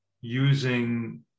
using